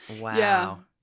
Wow